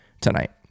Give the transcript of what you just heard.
tonight